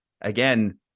again